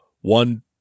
one